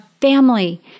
family